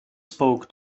spoke